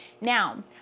Now